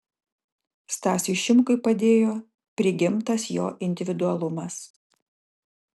stasiui šimkui padėjo prigimtas jo individualumas